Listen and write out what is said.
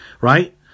Right